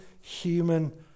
human